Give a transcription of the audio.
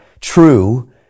true